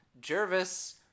jervis